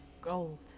gold